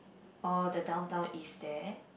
oh the downtown is there